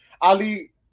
Ali